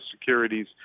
securities